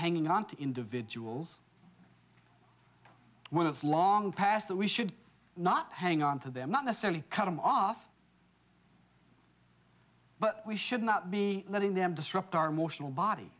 hanging on to individuals when it's long past that we should not hang on to them not necessarily cut them off but we should not be letting them disrupt our emotional body